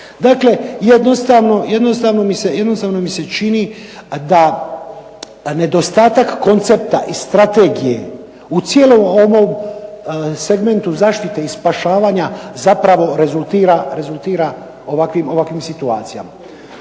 Dakle, jednostavno mi se čini da nedostatak koncepta i strategije u cijelom ovom segmentu zaštite i spašavanja zapravo rezultira ovakvim situacijama.